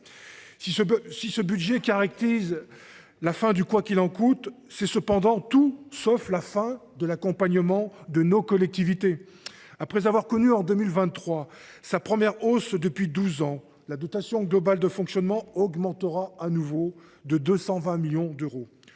de budget marque la fin du « quoi qu’il en coûte », il ne signifie pas pour autant la fin de l’accompagnement de nos collectivités. Après avoir connu en 2023 sa première hausse depuis douze ans, la dotation globale de fonctionnement augmentera de nouveau de 220 millions d’euros.